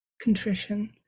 contrition